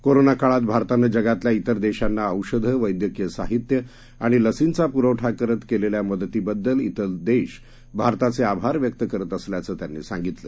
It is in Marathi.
कोरोनाकाळात भारतानं जगातल्या तेर देशांना औषधं वद्धक्रीय साहित्य आणि लसींचा पुरवठा करत केलेल्या मदतीबद्दल तेर देश आणि भारताचे आभार व्यक्त करत असल्याचं त्यांनीसांगितलं